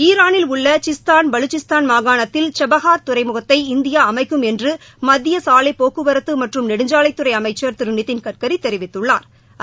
ஈரானில் உள்ள Sistan Baluchestan மாகாணத்தில் சபஹா் துறைமுகத்தை இந்தியா அமைக்கும் என்று மத்திய சாலை போக்குவரத்து மற்றம் நெடுஞ்சாலைத்துறை அமைச்ச் திரு நிதின் கட்கரி தெரிவித்துள்ளாா்